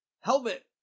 Helmet